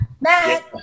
Matt